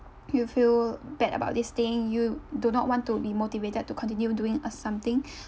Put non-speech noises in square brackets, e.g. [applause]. you feel bad about this thing you do not want to be motivated to continue doing uh something [breath]